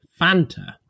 Fanta